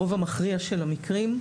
ברוב המכריע של המקרים,